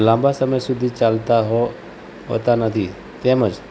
લાંબા સમય સુધી ચાલતા હો હોતા નથી તેમજ